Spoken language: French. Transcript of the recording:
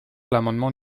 l’amendement